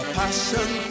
passion